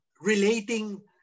relating